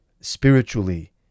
spiritually